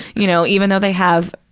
you know, even though they have,